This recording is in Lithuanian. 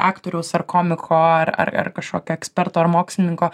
aktoriaus ar komiko ar ar ar kažkokio eksperto ar mokslininko